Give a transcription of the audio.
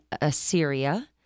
Assyria